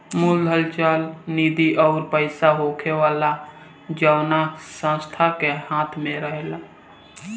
मूलधन चल निधि ऊ पईसा होखेला जवना संस्था के हाथ मे रहेला